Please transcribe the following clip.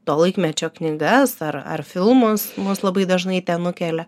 to laikmečio knygas ar ar filmus mus labai dažnai ten nukelia